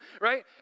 right